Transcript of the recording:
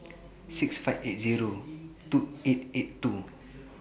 six five eight Zero two eight eight two